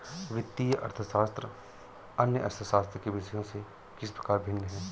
वित्तीय अर्थशास्त्र अन्य अर्थशास्त्र के विषयों से किस प्रकार भिन्न है?